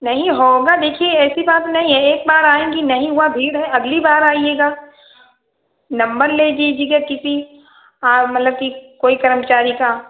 नहीं होगा देखिए ऐसी बात नहीं है एक बार आएँगी नहीं हुआ भीड़ है अगली बार आइएगा नम्बर ले लीजिएगा किसी मतलब कि कोई करमचारी का